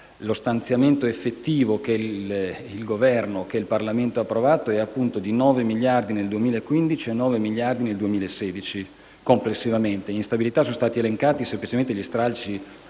lo stanziamento effettivo che il Parlamento ha approvato è appunto di 9 miliardi nel 2015 e di 9 miliardi nel 2016 complessivamente. In stabilità sono stati elencati semplicemente gli stralci